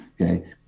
Okay